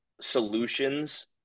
solutions